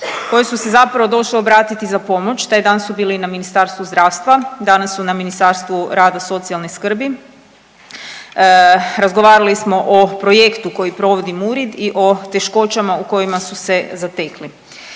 koje su se zapravo došle obratiti za pomoć, taj dan su bile i na Ministarstvu zdravstva, danas su na Ministarstvu rada i socijalne skrbi, razgovarali smo o projektu koji provodi MURID i o teškoćama u kojima su se zatekli.